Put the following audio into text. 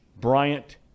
Bryant